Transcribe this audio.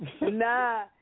Nah